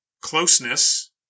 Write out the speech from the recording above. closeness